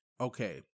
Okay